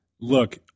look